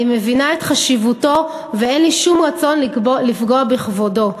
אני מבינה את חשיבותו ואין לי שום רצון לפגוע בכבודו.